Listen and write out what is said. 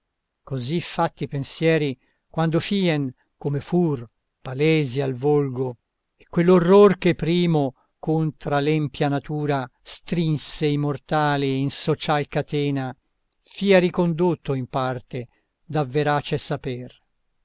così fatti pensieri quando fien come fur palesi al volgo e quell'orror che primo contra l'empia natura strinse i mortali in social catena fia ricondotto in parte da verace saper